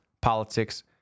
politics